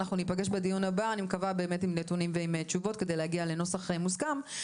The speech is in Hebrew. ואנחנו ניפגש בדיון הבא עם נתונים ועם תשובות כדי להגיע לנוסח מוסכם,